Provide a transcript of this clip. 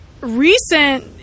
recent